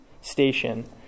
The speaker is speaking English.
station